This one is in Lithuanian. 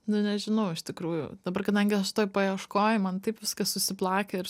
nu nežinau iš tikrųjų dabar kadangi aš tuoj paieškoj man taip viskas susiplakę ir